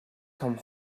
том